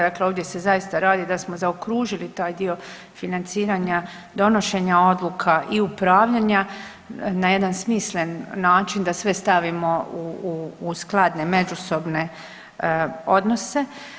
Dakle, ovdje se zaista radi da smo zaokružili taj dio financiranja, donošenja odluka i upravljanja na jedan smislen način da sve stavimo u skladne međusobne odnose.